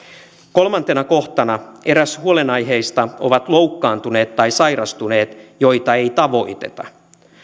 kolmantena kohtana eräs huolenaiheista on loukkaantuneet tai sairastuneet joita ei tavoiteta